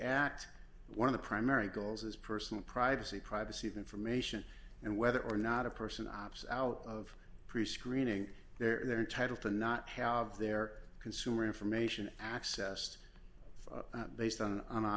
act one of the primary goals is personal privacy privacy of information and whether or not a person ops out of prescreening they're entitled to not have their consumer information accessed based on an a